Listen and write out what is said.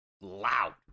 loud